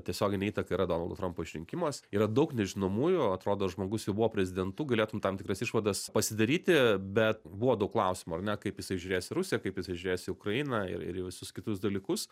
tiesioginė įtaka yra donaldo trampo išrinkimas yra daug nežinomųjų atrodo žmogus jau buvo prezidentu galėtum tam tikras išvadas pasidaryti bet buvo daug klausimų ar ne kaip jisai žiūrės į rusiją kaip jisai žiūrės į ukrainą ir ir į visus kitus dalykus